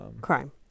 crime